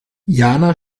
jana